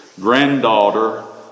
granddaughter